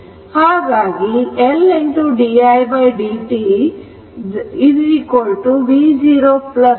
ಹಾಗಾಗಿ L di dt 0 v0 ಎಂದು ಬರೆಯಬಹುದು